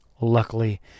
Luckily